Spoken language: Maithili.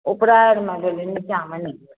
उपरा आरमे भेलै नीचाँमे नहि भेलै